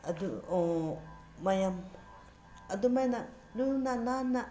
ꯑꯗꯨ ꯃꯌꯥꯝ ꯑꯗꯨꯃꯥꯏꯅ ꯂꯨꯅ ꯅꯥꯟꯅ